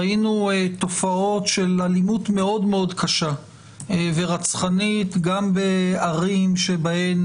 ראינו תופעות של אלימות מאוד-מאוד קשה ורצחנית גם בערים שבהן